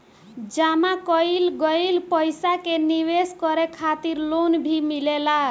जामा कईल गईल पईसा के निवेश करे खातिर लोन भी मिलेला